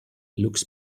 looks